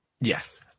Yes